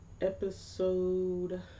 episode